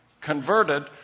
converted